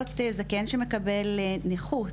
להיות זקן שמקבל נכות,